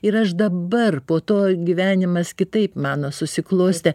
ir aš dabar po to gyvenimas kitaip mano susiklostė